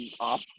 up